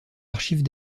archives